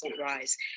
rise